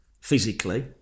physically